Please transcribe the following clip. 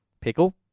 pickle